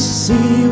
see